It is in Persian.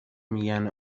میگن